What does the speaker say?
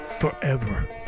forever